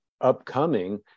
upcoming